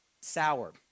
sour